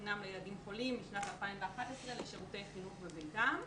חינם לילדים חולים משנת 2011 לשירותי חינוך בביתם.